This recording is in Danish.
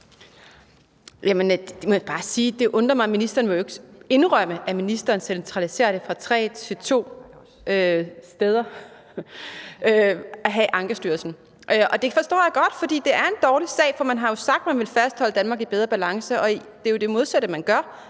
det undrer mig, at ministeren ikke vil indrømme, at ministeren centraliserer det ved at gå fra tre til to steder at have Ankestyrelsen. Det forstår jeg godt, for det er en dårlig sag, fordi man jo har sagt, at man vil fastholde Danmark i bedre balance, og det er jo det modsatte, man gør.